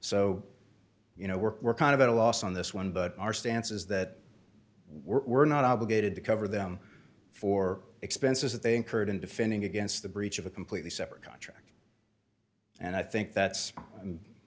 so you know we're kind of at a loss on this one but our stance is that we're not obligated to cover them for expenses that they incurred in defending against the breach of a completely separate contract and i think that's